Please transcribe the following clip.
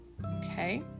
okay